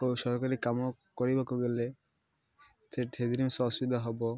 କେଉଁ ସରକାରୀ କାମ କରିବାକୁ ଗଲେ ସେଇଠି ଜିନିଷ ଅସୁବିଧା ହବ